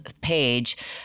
page